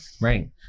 Right